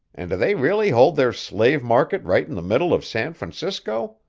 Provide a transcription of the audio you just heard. and do they really hold their slave-market right in the middle of san francisco?